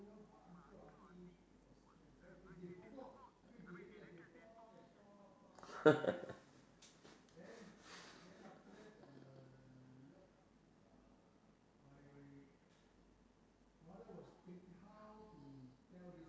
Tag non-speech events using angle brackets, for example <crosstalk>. <laughs>